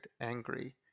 angry